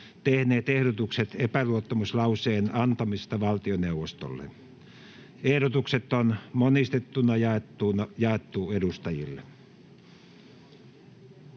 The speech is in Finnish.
tehneet ehdotukset epäluottamuslauseen antamisesta valtioneuvostolle. Ehdotukset on monistettuna jaettu edustajille.